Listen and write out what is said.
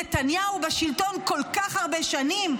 נתניהו בשלטון כל כך הרבה שנים,